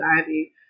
Ivy